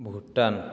Bhutan